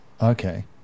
Okay